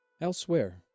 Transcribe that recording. Elsewhere